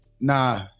Nah